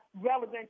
relevant